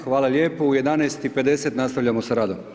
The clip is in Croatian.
Hvala lijepo, u 11 i 50 nastavljamo s radom.